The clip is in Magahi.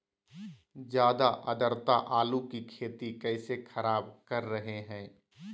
ज्यादा आद्रता आलू की खेती कैसे खराब कर रहे हैं?